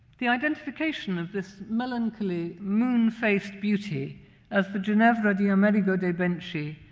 the identification of this melancholy, moon-faced beauty as the ginevra de amerigo de' benci,